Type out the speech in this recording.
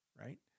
Right